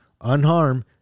Unharmed